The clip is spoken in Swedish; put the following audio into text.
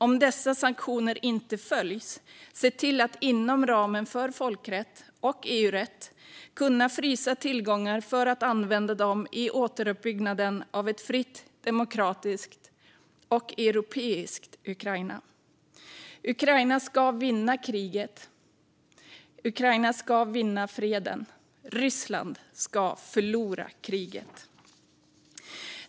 Om dessa sanktioner inte följs bör man se till att inom ramen för folkrätt och EU-rätt kunna frysa tillgångar för att använda dem i återuppbyggnaden av ett fritt, demokratiskt, europeiskt Ukraina. Ukraina ska vinna kriget. Ukraina ska vinna freden. Ryssland ska förlora kriget.